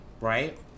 right